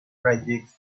projects